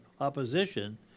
opposition